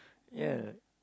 ya